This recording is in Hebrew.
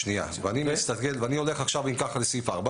ואני הולך עכשיו אם ככה לסעיף (4).